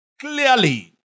clearly